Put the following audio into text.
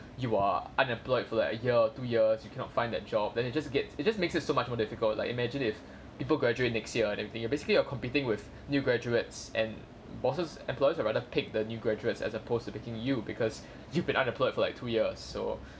you are unemployed for like a year or two years you cannot find that job then you just get it just makes it so much more difficult like imagine if people graduate next year and everything you're basically you are competing with new graduates and bosses employers will rather pick the new graduates as opposed to picking you because you've been unemployed for like two years so